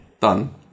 done